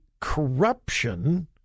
corruption